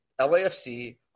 LAFC